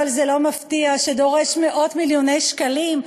אבל זה לא מפתיע, שדורש מאות-מיליוני שקלים,